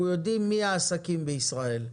אנחנו יודעים מי העסקים בישראל,